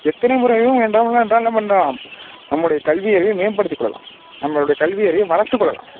எத்தனை முறையும் என்ன பண்ணுறோம் நம்மளுடைய கல்வி அறிவை மேம்படுத்திக் கொள்ளலாம் நம்மளுடைய கல்வி அறிவை வளர்த்துக் கொள்ளலாம்